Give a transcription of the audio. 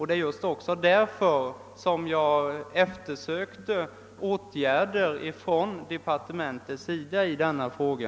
Det är därför jag efterlyst åtgärder från departementet i denna fråga.